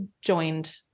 joined